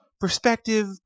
perspective